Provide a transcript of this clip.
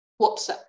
WhatsApp